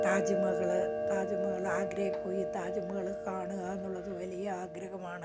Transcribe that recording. താജ്മഹൽ താജ്മഹൽ ആഗ്രയിൽ പോയി താജ്മഹൽ കാണുക എന്നുള്ളത് വലിയ ആഗ്രഹമാണ്